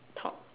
top